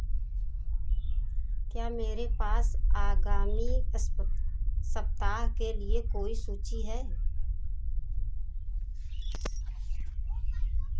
क्या मेरे पास आगामी अस्पत सप्ताह के लिए कोई सूची है